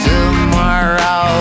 Tomorrow